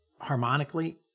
harmonically